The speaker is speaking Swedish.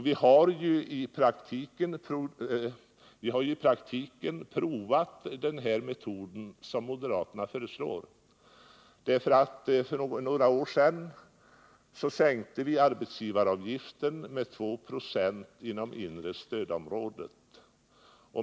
Vi har ju tidigare provat den metod som moderaterna föreslår, därför att för några år sedan sänkte vi arbetsgivaravgiften med 2 26 inom inre stödområdet.